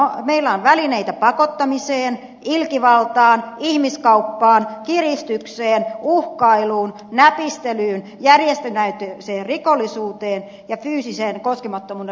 meillä on välineitä pakottamiseen ilkivaltaan ihmiskauppaan kiristykseen uhkailuun näpistelyyn järjestäytyneeseen rikollisuuteen ja fyysisen koskemattomuuden rikkomiseen